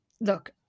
look